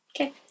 Okay